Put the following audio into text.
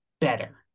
better